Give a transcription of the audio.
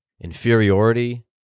inferiority